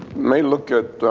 may look at